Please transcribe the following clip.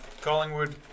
Collingwood